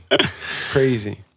crazy